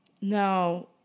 Now